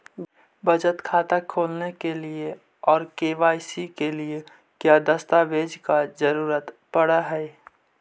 बचत खाता खोलने के लिए और के.वाई.सी के लिए का क्या दस्तावेज़ दस्तावेज़ का जरूरत पड़ हैं?